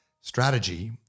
strategy